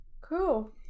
Cool